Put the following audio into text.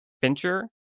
Fincher